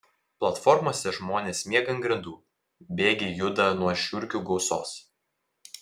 platformose žmonės miega ant grindų bėgiai juda nuo žiurkių gausos